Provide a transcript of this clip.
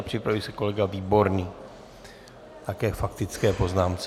Připraví se kolega Výborný, také k faktické poznámce.